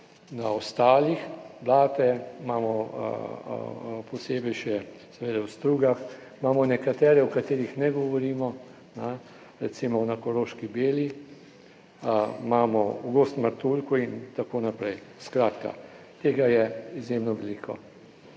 na ostalih, Blate imamo, posebej še seveda v Strugah, imamo nekatere, o katerih ne govorimo, recimo na Koroški Beli, imamo v Gozdu - Martuljku in tako naprej. Skratka, tega je izjemno veliko.